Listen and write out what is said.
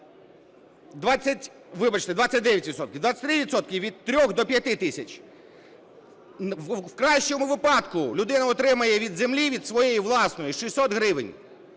відсотки – від 3 до 5 тисяч. В кращому випадку, людина отримає від землі, від своєї власної, 600 гривень